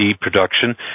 production